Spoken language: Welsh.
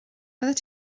byddet